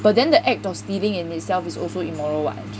but then the act of stealing in itself is also immoral what